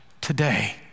today